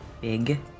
big